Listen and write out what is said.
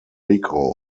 rico